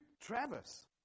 Travis